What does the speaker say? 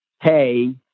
hey